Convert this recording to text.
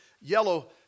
yellow